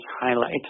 highlight